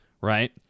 right